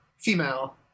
Female